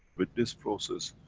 with this process,